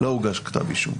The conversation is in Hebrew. לא הוגש כתב אישום.